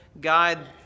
guide